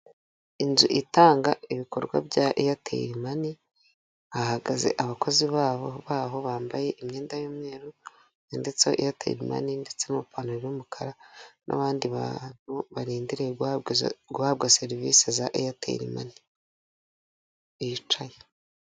Inzu itanga ibikorwa bya Eyateri mani, hahagaze abakozi babo bambaye imyenda y'umweru yanditseho Eyateri mani ndetse n'ipantaro y'umukara n'abandi bantu barindire guhabwa guhabwa serivisi za Eyateri mani bicaye.